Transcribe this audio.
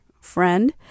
friend